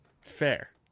Fair